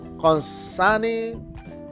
concerning